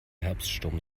herbststurm